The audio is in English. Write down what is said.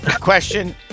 question